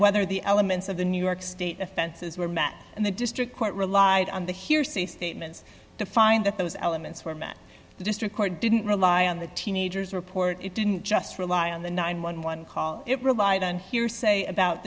whether the elements of the new york state offenses were met and the district court relied on the hearsay statements to find that those elements were met the district court didn't rely on the teenager's report it didn't just rely on the nine hundred and eleven call it relied on hearsay about